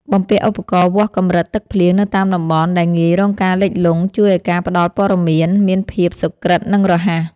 បំពាក់ឧបករណ៍វាស់កម្រិតទឹកភ្លៀងនៅតាមតំបន់ដែលងាយរងការលិចលង់ជួយឱ្យការផ្តល់ព័ត៌មានមានភាពសុក្រឹតនិងរហ័ស។